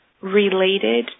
related